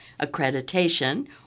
accreditation